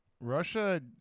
Russia